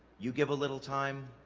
you give a little time